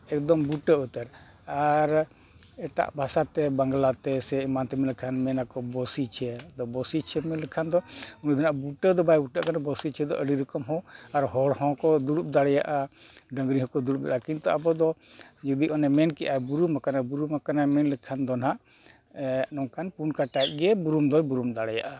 ᱮᱠᱫᱚᱢ ᱵᱩᱴᱟᱹ ᱩᱛᱟᱹᱨ ᱟᱨ ᱮᱴᱟᱜ ᱵᱷᱟᱥᱟᱛᱮ ᱵᱟᱝᱞᱟᱛᱮ ᱥᱮ ᱮᱢᱟᱱ ᱛᱮᱢᱟᱱᱛᱮ ᱠᱷᱟᱱ ᱢᱮᱱᱟ ᱠᱚ ᱵᱚᱥᱤᱪᱷᱮ ᱟᱫᱚ ᱵᱚᱥᱤᱪᱷᱮ ᱢᱮᱱ ᱞᱮᱠᱷᱟᱱ ᱫᱚ ᱩᱱᱤ ᱫᱚ ᱱᱟᱦᱟᱜ ᱵᱩᱴᱟᱹ ᱫᱚ ᱵᱟᱭ ᱵᱩᱴᱟᱹᱜ ᱠᱟᱱᱟ ᱵᱚᱥᱤᱪᱷᱮ ᱫᱚ ᱟᱹᱰᱤ ᱨᱚᱠᱚᱢ ᱦᱚᱸ ᱟᱨ ᱦᱚᱲ ᱦᱚᱸ ᱠᱚ ᱫᱩᱲᱩᱵ ᱫᱟᱲᱮᱭᱟᱜᱼᱟ ᱰᱟᱹᱝᱨᱤ ᱦᱚᱸᱠᱚ ᱫᱩᱲᱩᱵ ᱫᱟᱲᱮᱭᱟᱜᱼᱟ ᱠᱤᱱᱛᱩ ᱟᱵᱚ ᱫᱚ ᱡᱩᱫᱤ ᱚᱱᱮ ᱢᱮᱱ ᱠᱮᱜᱼᱟᱭ ᱵᱩᱨᱩᱢ ᱟᱠᱟᱱᱟᱭ ᱵᱩᱨᱩᱢ ᱟᱠᱟᱱᱟᱭ ᱢᱮᱱ ᱞᱮᱠᱷᱟᱱ ᱫᱚ ᱱᱟᱦᱟᱜ ᱱᱚᱝᱠᱟᱱ ᱯᱩᱱ ᱠᱟᱴᱟᱭᱤᱡ ᱜᱮ ᱵᱩᱨᱩᱢ ᱫᱚᱭ ᱵᱩᱨᱩᱢ ᱫᱟᱲᱮᱭᱟᱜᱼᱟ